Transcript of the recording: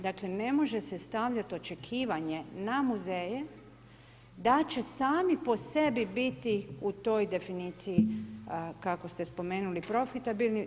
Dakle ne može se stavljati očekivanje na muzeje da će sami po sebi biti u toj definiciji kako ste spomenuli profitabilni.